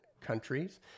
countries